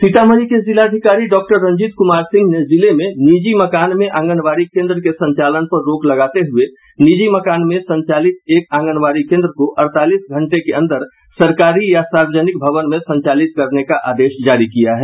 सीतामढी के जिलाधिकारी डॉक्टर रंजीत कुमार सिंह ने जिले में निजी मकान में आंगनबाडी केन्द्र के संचालन पर रोक लगाते हुए निजी मकान में संचालित एक आंगनबाडी केन्द्र को अड़तालीस घंटे के अंदर सरकारी या सार्वजनिक भवन में संचालित करने का आदेश जारी किया है